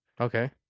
Okay